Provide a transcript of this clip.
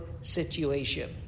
situation